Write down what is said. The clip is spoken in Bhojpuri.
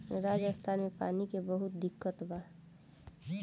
राजस्थान में पानी के बहुत किल्लत बा